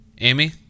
Amy